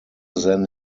than